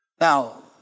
Now